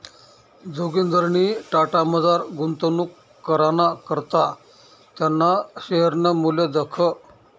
जोगिंदरनी टाटामझार गुंतवणूक कराना करता त्याना शेअरनं मूल्य दखं